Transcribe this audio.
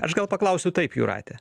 aš gal paklausiu taip jūrate